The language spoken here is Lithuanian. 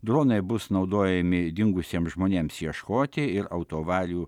dronai bus naudojami dingusiem žmonėms ieškoti ir autoavarijų